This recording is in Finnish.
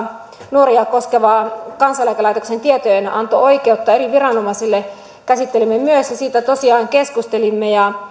nuoria koskevaa kansaneläkelaitoksen tietojenanto oikeutta eri viranomaisille käsittelimme myös siitä tosiaan keskustelimme ja